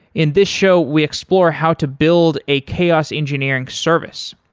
in this show, we explore how to build a chaos engineering service,